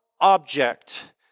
object